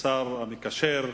השר המקשר,